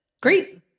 Great